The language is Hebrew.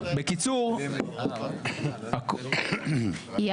בקיצור, אני